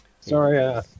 Sorry